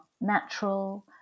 natural